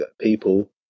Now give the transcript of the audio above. people